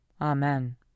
Amen